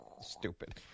Stupid